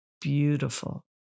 beautiful